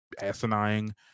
asinine